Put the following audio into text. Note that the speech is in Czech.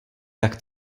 tak